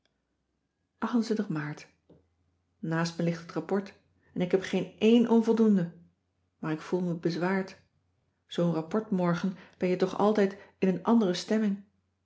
maart naast me ligt het rapport en ik heb geen een onvoldoende maar ik voel me bezwaard zoo'n rapport morgen ben je toch altijd in een andere stemming